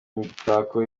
imitako